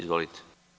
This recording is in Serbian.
Izvolite.